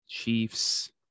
Chiefs